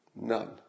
None